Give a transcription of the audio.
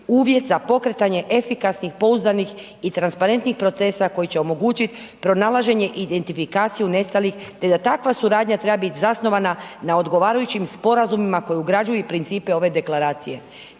uvjet za pokretanje efikasnih, pouzdanih i transparentnih procesa koji će omogućit pronalaženje i identifikaciju nestalih, te da takva suradnja treba bit zasnovana na odgovarajućim sporazumima koje ugrađuju i principe ove Deklaracije.